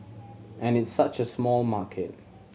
and it's such a small market